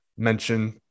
mention